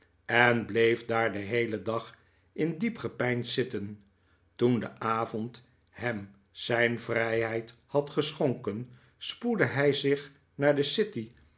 en bleef daar den heelen dag in diep gepeins zitten toen de avond hem zijn vrijheid had geschonken spoedde hij zich naar de city